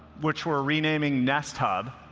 which we're renaming nest hub,